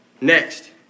Next